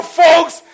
folks